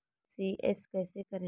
ECS कैसे करें?